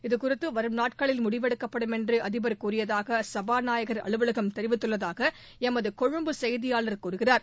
இதுகுறித்து வரும் நாட்களில் முடிவெடுக்கப்படும் என்று அதிபர் கூறியதாக சபாநாயகர் அலுவலகம் தெரிவித்துள்ளதாக எமது கொழும்பு செய்தியாளர் கூறுகிறார்